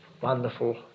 wonderful